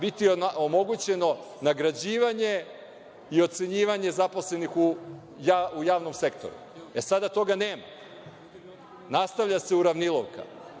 biti omogućeno nagrađivanje i ocenjivanje zaposlenih u javnom sektoru. Sada toga nema, nastavlja se uravnilovka.